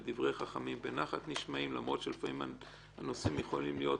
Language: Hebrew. ודברי חכמים בנחת נשמעים למרות שלפעמים הנושאים יכולים להיות